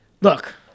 Look